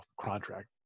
contract